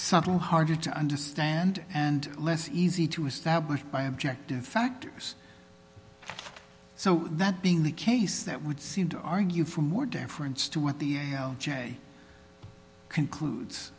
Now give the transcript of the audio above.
subtle harder to understand and less easy to establish by objective factors so that being the case that would seem to argue for more deference to what the a l j concludes